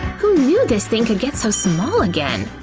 who knew this thing could get so small again?